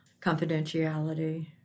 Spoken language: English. Confidentiality